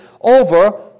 over